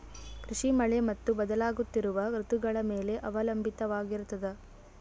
ಕೃಷಿ ಮಳೆ ಮತ್ತು ಬದಲಾಗುತ್ತಿರುವ ಋತುಗಳ ಮೇಲೆ ಅವಲಂಬಿತವಾಗಿರತದ